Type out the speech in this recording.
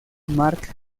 mark